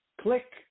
Click